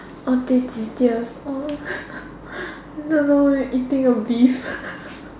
all these details oh don't know eating a beef